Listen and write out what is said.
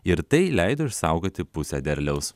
ir tai leido išsaugoti pusę derliaus